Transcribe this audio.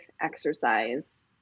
exercise